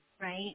right